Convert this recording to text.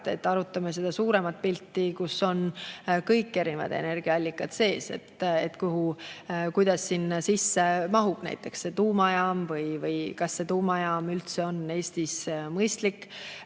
arutame seda suuremat pilti, kus on kõik erinevad energiaallikad sees, ja kuidas sinna sisse mahub näiteks tuumajaam. Kas tuumajaam üldse on Eestis mõistlik